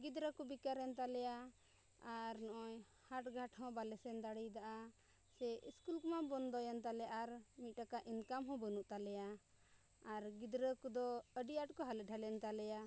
ᱜᱤᱫᱽᱨᱟᱹ ᱠᱚ ᱵᱮᱠᱟᱨᱮᱱ ᱛᱟᱞᱮᱭᱟ ᱟᱨ ᱱᱚᱜᱼᱚᱭ ᱦᱟᱴ ᱜᱷᱟᱴ ᱦᱚᱸ ᱵᱟᱞᱮ ᱥᱮᱱ ᱫᱟᱲᱮᱭᱟᱫᱟ ᱥᱮ ᱥᱠᱩᱞ ᱢᱟ ᱵᱚᱱᱫᱚᱭᱮᱱ ᱛᱟᱞᱮ ᱟᱨ ᱢᱤᱫᱴᱟᱠᱟ ᱤᱱᱠᱟᱢ ᱦᱚᱸ ᱵᱟᱹᱱᱩᱜ ᱛᱟᱞᱮᱭᱟ ᱟᱨ ᱜᱤᱫᱽᱨᱟᱹ ᱠᱚᱫᱚ ᱟᱹᱰᱤ ᱟᱸᱴ ᱠᱚ ᱦᱟᱞᱮ ᱰᱟᱞᱮᱭᱮᱱ ᱛᱟᱞᱮᱭᱟ